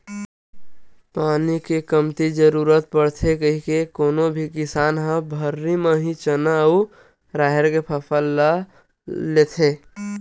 पानी के कमती जरुरत पड़थे कहिके कोनो भी किसान ह भर्री म ही चना अउ राहेर के फसल ल लेथे